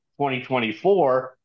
2024